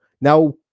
Now